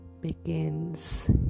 begins